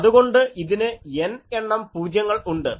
അതുകൊണ്ട് ഇതിന് n എണ്ണം പൂജ്യങ്ങൾ ഉണ്ട്